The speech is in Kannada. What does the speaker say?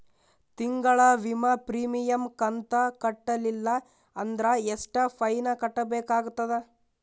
ತಿಂಗಳ ವಿಮಾ ಪ್ರೀಮಿಯಂ ಕಂತ ಕಟ್ಟಲಿಲ್ಲ ಅಂದ್ರ ಎಷ್ಟ ಫೈನ ಕಟ್ಟಬೇಕಾಗತದ?